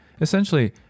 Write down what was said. essentially